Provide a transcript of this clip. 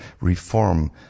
reform